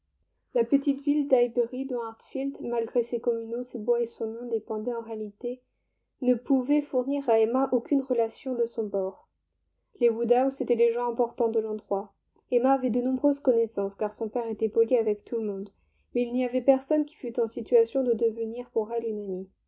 la petite ville d'highbury dont hartfield malgré ses communaux ses bois et son nom dépendait en réalité ne pouvait fournir à emma aucune relation de son bord les woodhouse étaient les gens importants de l'endroit emma avait de nombreuses connaissances car son père était poli avec tout le monde mais il n'y avait personne qui fût en situation de devenir pour elle